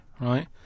Right